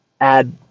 add